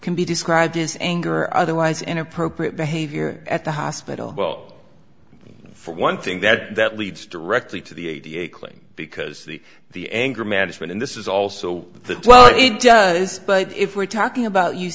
can be described as anger or otherwise inappropriate behavior at the hospital well for one thing that that leads directly to the claim because the the anger management in this is also the well it does but if we're talking about you